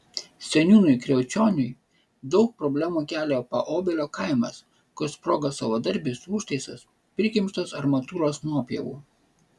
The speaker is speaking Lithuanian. seniūnui kriaučioniui daug problemų kelia paobelio kaimas kur sprogo savadarbis užtaisas prikimštas armatūros nuopjovų